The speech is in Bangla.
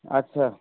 আচ্ছা